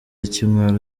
ikimwaro